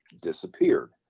disappeared